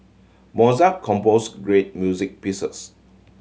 Mozart compose great music pieces